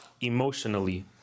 emotionally